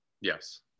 Yes